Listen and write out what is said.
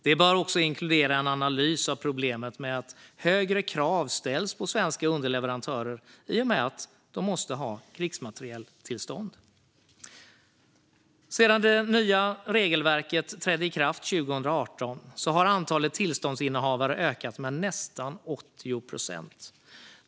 Detta bör också inkludera en analys av problemet med att högre krav ställs på svenska underleverantörer i och med att de måste ha krigsmaterieltillstånd. Sedan det nya regelverket trädde i kraft 2018 har antalet tillståndsinnehavare ökat med nästan 80 procent.